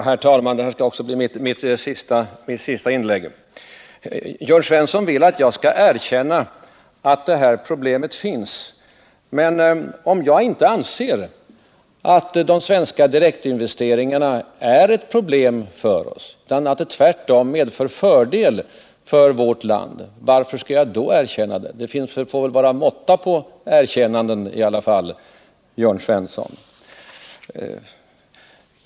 Herr talman! Det här skall bli mitt sista inlägg. Jörn Svensson vill att jag skall erkänna att här finns problem. Men om jag inte anser att de svenska direktinvesteringarna är ett problem för oss utan att de tvärtom medför fördelar för vårt land, varför skall jag då erkänna det? Det får väl i alla fall vara måtta på erkännanden, Jörn Svensson.